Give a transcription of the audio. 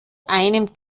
einem